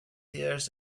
tears